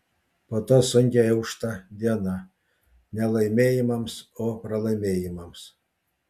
po to sunkiai aušta diena ne laimėjimams o pralaimėjimams